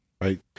right